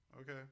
Okay